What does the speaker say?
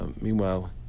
Meanwhile